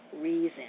reason